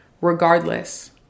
Regardless